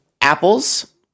apples